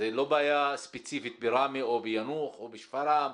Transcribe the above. זו לא בעיה ספציפית בראמה או ביאנוח או בשפרעם.